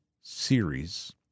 series